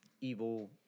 evil